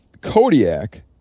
Kodiak